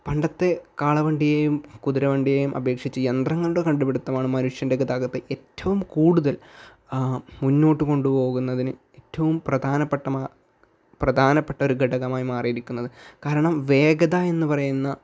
പണ്ടത്തെ കാളവണ്ടിയേയും കുതിരവണ്ടിയേയും അപേക്ഷിച്ച് യന്ത്രങ്ങളുടെ കണ്ടുപിടുത്തമാണ് മനുഷ്യൻ്റെ ഗതാഗതത്തെ ഏറ്റവും കൂടുതൽ മുന്നോട്ട് കൊണ്ട് പോകുന്നതിന് ഏറ്റവും പ്രധാനപ്പെട്ട മാ പ്രധാനപ്പെട്ടൊരു ഘടകമായി മാറിയിരിക്കുന്നത് കാരണം വേഗത എന്ന് പറയുന്ന